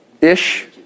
ish